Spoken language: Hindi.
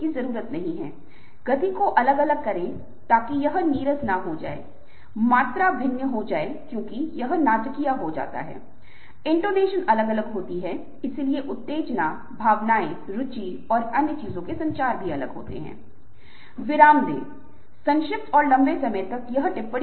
तो जल्दी से बातचीत करने के लिए एक स्थायी गुंजाइश है यहां तक कि पत्र लिखे गए थे और जो महीनों लग गए सप्ताह लग गए वितरित किए जाने के लिए और उनकी प्रमुख विशेषताओं के साथ वे हेरफेर किए जा सकते हैं वे नेटवर्क हो सकते हैं वे घने हो सकते है उन्हें संकुचित किया जा सकता है और वे बहुत इंटरैक्टिव हैं